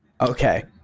Okay